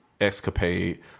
escapade